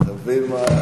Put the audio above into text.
אתה מבין?